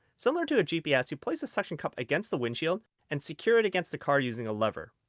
similar to a gps you place the suction cup against the windshield and secure it against the car using a lever.